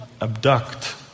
abduct